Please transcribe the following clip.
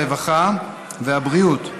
הרווחה והבריאות,